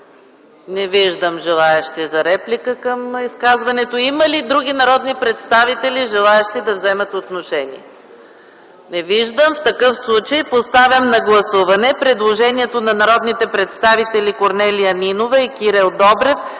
Не виждам желаещи за реплика към изказването. Има ли други народни представители, желаещи да вземат отношение? Не виждам. Поставям на гласуване предложението на народните представители Корнелия Нинова и Кирил Добрев